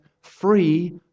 free